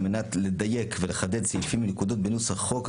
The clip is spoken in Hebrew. על מנת לדייק ולחדד סעיפים ונקודות בנוסח החוק,